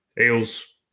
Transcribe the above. Eels